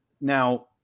Now